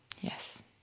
Yes